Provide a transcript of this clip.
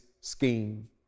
scheme